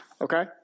okay